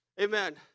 Amen